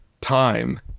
time